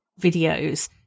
videos